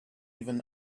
even